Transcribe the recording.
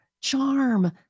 charm